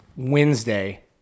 Wednesday